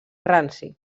ranci